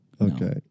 Okay